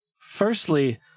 Firstly